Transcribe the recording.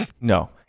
No